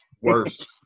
Worse